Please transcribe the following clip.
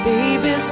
Baby